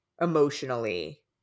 emotionally